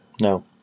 No